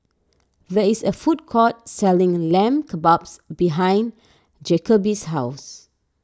there is a food court selling Lamb Kebabs behind Jacoby's house